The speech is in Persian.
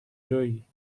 جویی